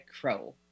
crow